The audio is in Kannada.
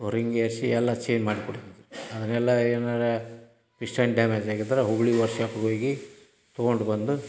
ರಿಂಗ್ ಎ ಸಿ ಎಲ್ಲ ಚೇನ್ ಮಾಡಿಕೊಡ್ತಿದ್ವಿ ಅದನ್ನೆಲ್ಲ ಏನಾರೂ ಮಿಷನ್ ಡ್ಯಾಮೇಜಾಗಿದ್ರೆ ಹುಬ್ಬಳ್ಳಿ ವರ್ಕ್ಶಾಪಿಗೋಗಿ ತೊಗೊಂಡು ಬಂದು